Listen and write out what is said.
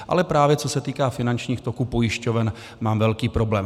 Ale právě co se týká finančních toků pojišťoven, mám velký problém.